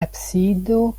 absido